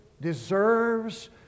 deserves